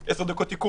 - תוך עשר דקות עיכוב